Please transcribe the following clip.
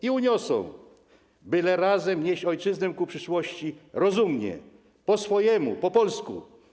I uniosą, byle razem nieść ojczyznę ku przyszłości - rozumnie, po swojemu, po polsku.